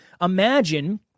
Imagine